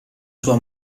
sua